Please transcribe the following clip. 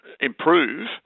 improve